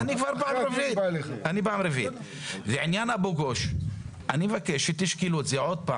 חודש-חודשיים העניין הזה יסתדר.